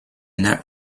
net